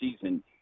season